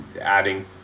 adding